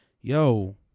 yo